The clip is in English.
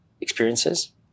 experiences